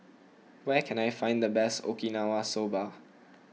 where can I find the best Okinawa Soba